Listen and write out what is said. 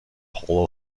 hall